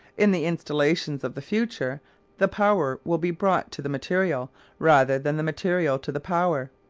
in the installations of the future the power will be brought to the material rather than the material to the power.